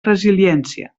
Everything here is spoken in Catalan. resiliència